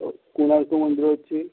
ଆଉ କୋଣାର୍କ ମନ୍ଦିର ଅଛି